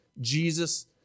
Jesus